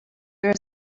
there